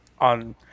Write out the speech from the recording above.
on